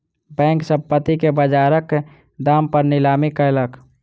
bank, संपत्ति के बजारक दाम पर नीलामी कयलक